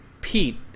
Pete